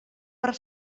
per